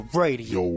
radio